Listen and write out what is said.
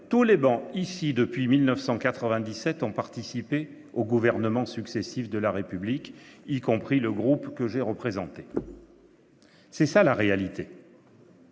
politiques, depuis 1997, ont participé aux gouvernements successifs de la République, y compris le groupe que j'ai représenté. Voilà la réalité.